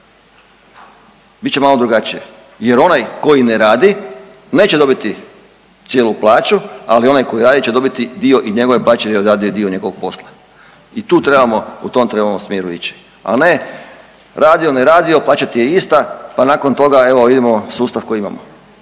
Bit će malo drugačije, jer onaj koji ne radi neće dobiti cijelu plaću, ali onaj koji radi će dobiti dio i njegove plaće jer je odradio dio njegovog posla. I tu trebamo, u tom trebamo smjeru ići, a ne radio, ne radio plaća ti je ista, pa nakon toga evo imamo sustav koji imamo.